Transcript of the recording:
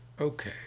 Okay